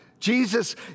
Jesus